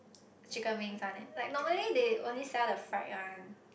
chicken wings one leh like normally they only sell the fried one